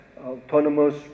autonomous